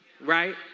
right